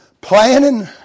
planning